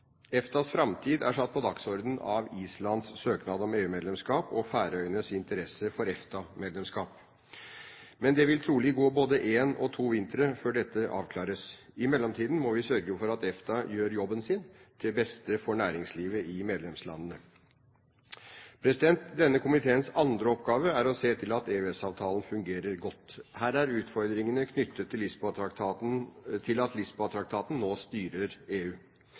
EFTAs framtid er satt på dagsordenen på grunn av Islands søknad om EU-medlemskap og Færøyenes interesse for EFTA-medlemskap. Men det vil trolig gå både én og to vintre før dette avklares. I mellomtiden må vi sørge for at EFTA gjør jobben sin, til beste for næringslivet i medlemslandene. Denne komiteens andre oppgave er å se til at EØS-avtalen fungerer godt. Her er utfordringene knyttet til at Lisboa-traktaten nå styrer EU.